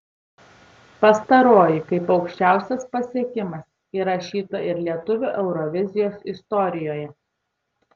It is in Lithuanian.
pastaroji kaip aukščiausias pasiekimas įrašyta ir lietuvių eurovizijos istorijoje